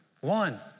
One